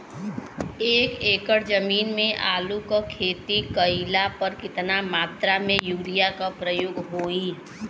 एक एकड़ जमीन में आलू क खेती कइला पर कितना मात्रा में यूरिया क प्रयोग होई?